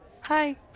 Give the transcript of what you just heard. Hi